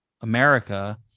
America